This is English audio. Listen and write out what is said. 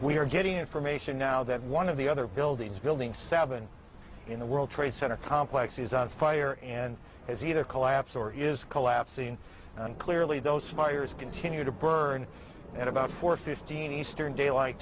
we are getting information now that one of the other buildings building seven in the world trade center complex is on fire and as you know collapse or is collapsing and clearly those fires continue to burn at about four fifteen eastern daylight